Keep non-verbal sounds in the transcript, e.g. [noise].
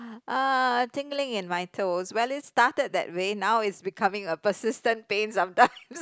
uh tingling in my toes well it started that way now it's becoming a persistent pain sometimes [laughs]